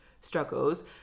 struggles